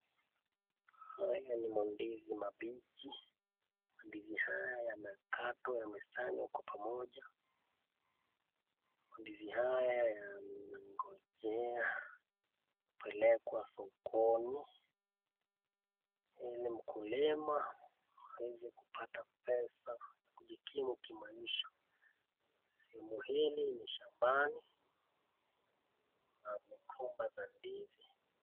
Haya ni mandizi mabichi. Mandizi haya yanakatwa yamesanywa kwa pamoja. Mandizi haya yanangojea kupelekwa sokoni ili mkulima aweze kupata pesa kujikimu kimaisha. Sehemu hili ni shambani kuna migomba za ndizi.